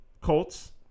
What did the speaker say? Colts